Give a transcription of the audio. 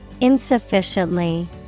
Insufficiently